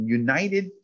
united